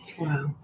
Wow